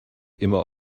immer